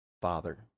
Father